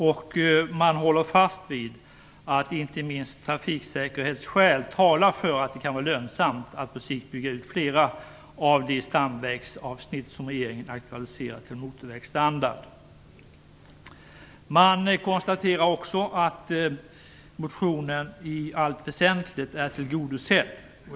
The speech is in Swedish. Utskottet håller fast vid att inte minst trafiksäkerhetsskäl talar för att det kan vara lönsamt att på sikt bygga ut flera av de stamvägsavsnitt som regeringen aktualiserat till motorvägsstandard. Utskottet konstaterar också att motionen i allt väsentligt är tillgodosedd.